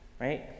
right